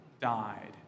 died